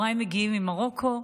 הוריי מגיעים ממרוקו,